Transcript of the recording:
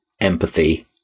empathy